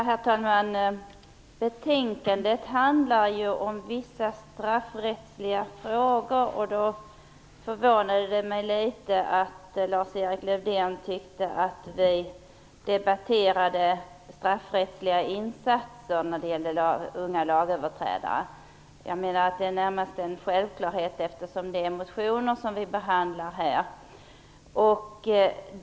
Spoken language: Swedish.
Herr talman! Betänkandet handlar ju om vissa straffrättsliga frågor. Det förvånade mig därför litet att Lars-Erik Lövdén tyckte att vi debatterade straffrättsliga insatser när det gäller unga lagöverträdare. Jag menar att det närmast är en självklarhet eftersom det är motioner vi behandlar här.